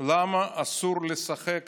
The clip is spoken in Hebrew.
למה אסור לשחק טניס,